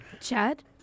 Chad